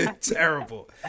terrible